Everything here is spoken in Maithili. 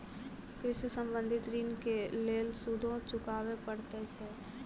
कृषि संबंधी ॠण के लेल सूदो चुकावे पड़त छै?